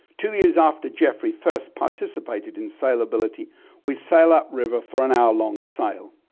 two years after geoffrey first participated in sailability we sail up river for an hour long sail.